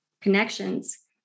connections